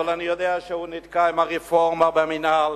אבל אני יודע שהוא נתקע עם הרפורמה במינהל,